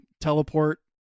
teleport